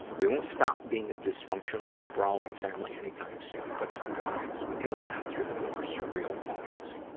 we won't stop being a dysfunctional, sprawling family anytime soon. but sometimes, we can laugh through the more surreal moments.